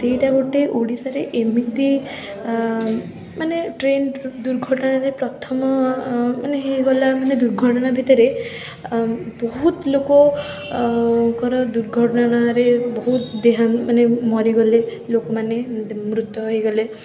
ସେଇଟା ଗୋଟେ ଓଡ଼ିଶାରେ ଏମିତି ମାନେ ଟ୍ରେନ୍ ଦୁର୍ଘଟଣାରେ ପ୍ରଥମ ମାନେ ହେଇଗଲା ମାନେ ଦୁର୍ଘଟଣା ଭିତରେ ଆଉ ବହୁତ ଲୋକ କର ଦୁର୍ଘଟଣାରେ ବହୁତ ଦେହା ମାନେ ମରିଗଲେ ଲୋକମାନେ ମୃତ ହୋଇଗଲେ